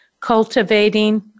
Cultivating